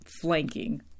flanking